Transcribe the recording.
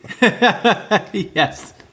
yes